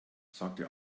sagte